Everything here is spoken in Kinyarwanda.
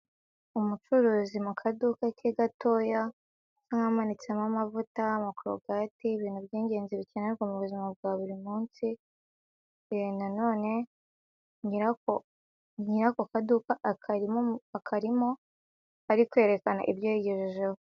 Umucuruzi mu kaduka ke gatoya nk'awahanitsemo amavuta amakorogate ibintu by'ingenzi bikenerwa mu buzima bwa buri munsi nanone nyira nyiri ako kaduka akarimo ari kwerekana ibyo yigejejeho.